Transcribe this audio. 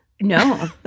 no